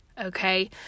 Okay